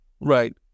Right